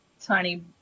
...tiny